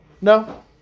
No